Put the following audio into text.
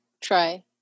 try